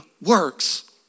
works